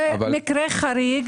זה מקרה חריג,